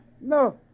No